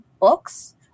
books